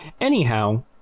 Anyhow